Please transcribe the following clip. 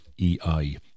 EI